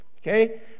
okay